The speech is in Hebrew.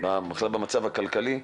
בגלל המצב הכלכלי.